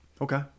Okay